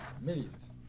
Millions